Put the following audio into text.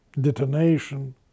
detonation